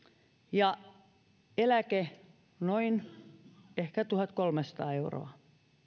ja eläke on ehkä noin tuhatkolmesataa euroa